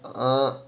mm